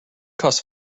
costs